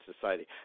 Society